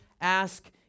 ask